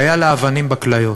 שהיו לה אבנים בכליות.